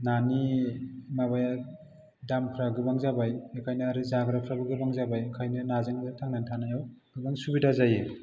नानि माबाया दामफ्रा गोबां जाबाय बेखायनो आरो जाग्राफ्राबो गोबां जाबाय ओंखायनो नाजों थानानै थानायाव गोबां सुबिदा जायो